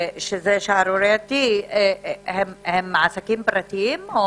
שזה שערורייתי, הם עסקים פרטיים?